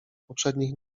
poprzednich